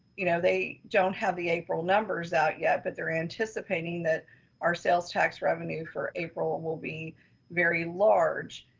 you know, they don't have the april numbers out yet, but they're anticipating that our sales tax revenue for april and will be very large.